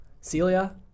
Celia